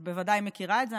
את בוודאי מכירה את זה.